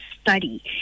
study